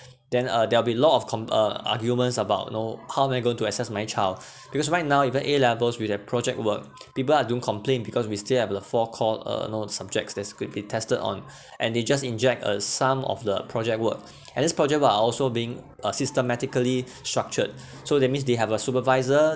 then uh there will be lot of com~ uh arguments about know how am I going to access my child because right now even a-levels with a project work people are don't complaint because we still have the four called uh non-subjects that's could be tested on and they just inject uh some of the project work and this projects are also being uh systematically structured so that means they have a supervisor